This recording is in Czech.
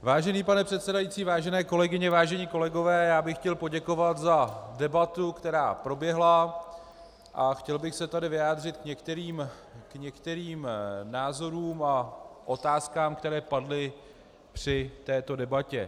Vážený pane předsedající, vážené kolegyně, vážení kolegové, já bych chtěl poděkovat za debatu, která proběhla, a chtěl bych se tady vyjádřit k některým názorům a otázkám, které padly při této debatě.